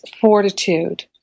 fortitude